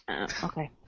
Okay